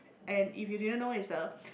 and if you didn't know is a